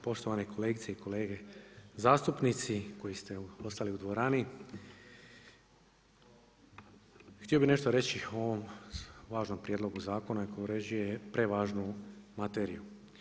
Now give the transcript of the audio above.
Poštovani kolegice i kolege zastupnici, koji ste ostali u dvorani, htio bi nešto reći o ovom važnom prijedlogu zakonu, koji uređuju prevažnu materiju.